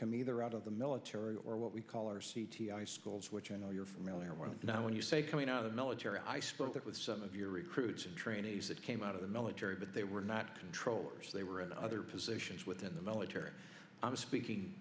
come either out of the military or what we call our c t i schools which i know you're familiar with now when you say coming out of military i spoke that with some of your recruits and trainees that came out of the military but they were not controllers they were in other positions within the military i was speaking